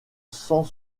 cent